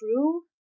true